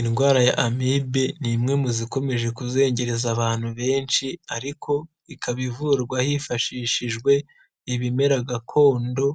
indwara ya amibe ni imwe mu zikomeje kuzengereza abantu benshi, ariko ikaba ivurwa hifashishijwe ibimera gakondo